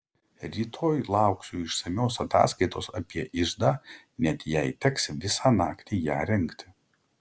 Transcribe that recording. rytoj lauksiu išsamios ataskaitos apie iždą net jei teks visą naktį ją rengti